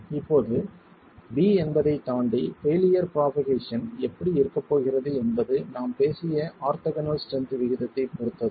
இப்போது b என்பதைத் தாண்டி பெயிலியர் ப்ரோபகேசன் எப்படி இருக்கப் போகிறது என்பது நாம் பேசிய ஆர்த்தோகனல் ஸ்ட்ரென்த் விகிதத்தைப் பொறுத்தது